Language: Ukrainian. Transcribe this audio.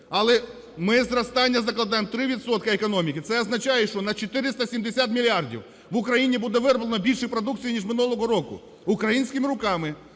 але ми зростання закладемо 3 відсотки економіки. Це означає, що на 470 мільярдів в Україні буде вироблено більше продукції, ніж минулого року, українськими руками,